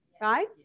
right